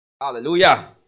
Hallelujah